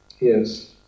Yes